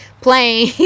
playing